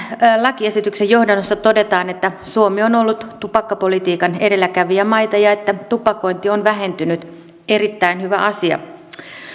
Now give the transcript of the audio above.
tämän lakiesityksen johdannossa todetaan että suomi on ollut tupakkapolitiikan edelläkävijämaita ja että tupakointi on vähentynyt erittäin hyvä asia